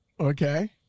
Okay